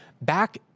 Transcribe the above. back